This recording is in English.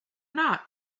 not